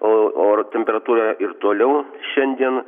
o oro temperatūra ir toliau šiandien